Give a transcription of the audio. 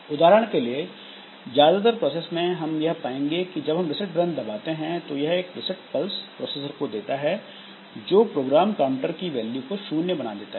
उदाहरण के लिए ज्यादातर प्रोसेसर में हम यह पाएंगे कि जब हम रिसेट बटन दबाते हैं तो यह एक रिसेट पल्स प्रोसेसर को देता है जो प्रोग्राम काउंटर की वैल्यू को शून्य बना देता है